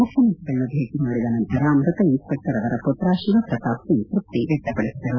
ಮುಖ್ಯಮಂತ್ರಿಗಳನ್ನು ಭೇಟಿ ಮಾಡಿದ ನಂತರ ಮೃತ ಇನ್ಸ್ಪೆಕ್ಷರ್ ಅವರ ಪುತ್ರ ಶಿವ್ಪ್ರತಾಪ್ ಸಿಂಗ್ ತೃಪ್ತಿ ವ್ಯಕ್ತಪಡಿಸಿದರು